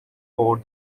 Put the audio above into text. for